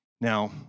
Now